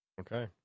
Okay